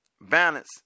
balance